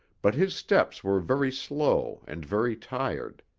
but his steps were very slow and very tired.